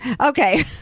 Okay